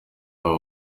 abo